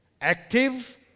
active